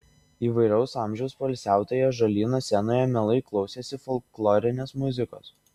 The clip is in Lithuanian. įvairaus amžiaus poilsiautojai ąžuolyno scenoje mielai klausėsi folklorinės muzikos